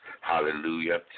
hallelujah